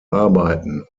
arbeiten